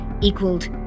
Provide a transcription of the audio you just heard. equaled